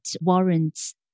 warrants